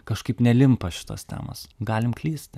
kažkaip nelimpa šitos temos galim klysti